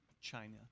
China